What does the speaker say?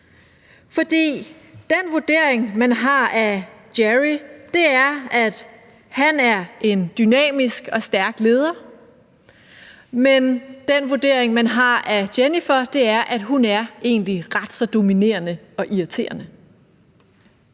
For den vurdering, man har af John, er, at han er en dynamisk og stærk leder, men den vurdering, man har af Jennifer, er, at hun egentlig er ret så dominerende og irriterende.